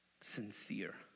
sincere